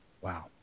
Wow